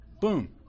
Boom